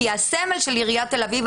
כי הסמל של עיריית תל אביב,